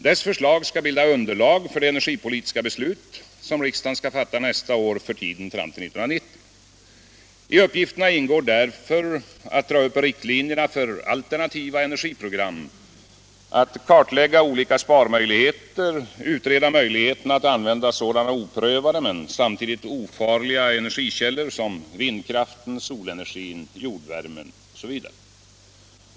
Dess förslag skall bilda underlag för det energipolitiska beslut som riksdagen skall fatta nästa år för tiden fram till 1990. I uppgifterna ingår därför att dra upp riktlinjer för alternativa energiprogram, att kartlägga olika sparmöjligheter och att utreda möjligheterna att använda sådana oprövade men samtidigt ofarliga energikällor som vindkraften, solenergin och jordvärmen.